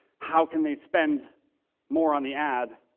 how can they spend more on the ad